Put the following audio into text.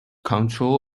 control